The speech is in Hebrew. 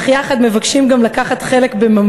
אך יחד עם זה מבקשים גם לקחת חלק בממונו,